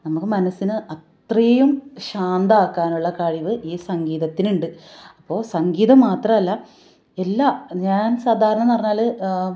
നമുക്ക് മനസ്സിന് അത്രയും ശാന്തമാക്കാനുള്ള കഴിവ് ഈ സംഗീതത്തിന് ഉണ്ട് അപ്പോൾ സംഗീതം മാത്രമല്ല എല്ലാ ഞാൻ സാധാരണ എന്ന് പറഞ്ഞാല്